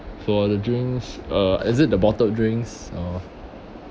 for the drinks uh is it the bottled drinks or